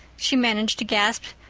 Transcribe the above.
she managed to gasp.